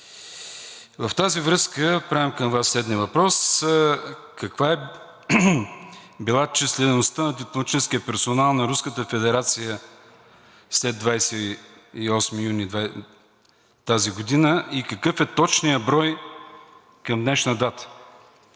В тази връзка отправям към Вас следния въпрос: каква е била числеността на дипломатическия персонал на Руската федерация след 28 юни тази година и какъв е точният брой към днешна дата?